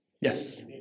Yes